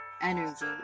Energy